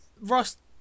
Ross